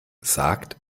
sagt